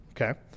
okay